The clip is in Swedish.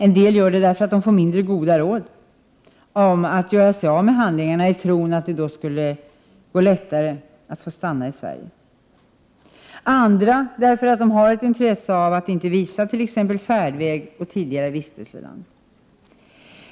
En del gör det därför att de fått mindre goda råd att göra sig av med handlingar i tron att det då skulle gå lättare att få stanna i Sverige. Andra gör det därför att de har ett intresse av att inte visa t.ex. färdväg och tidigare vistelseland.